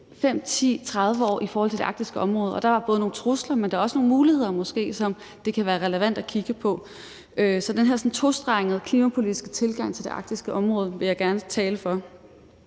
5, 10 eller 30 år i forhold til det arktiske område. Og der er både nogle trusler, men der er måske også nogle muligheder, som det kan være relevant at kigge på. Så den her tostrengede klimapolitiske tilgang til det arktiske område vil jeg gerne tale for.